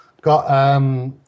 got